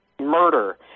murder